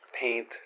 paint